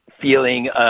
feeling